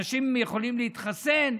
אנשים יכולים להתחסן,